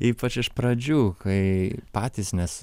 ypač iš pradžių kai patys nes